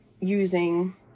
using